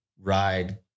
ride